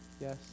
yes